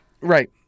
Right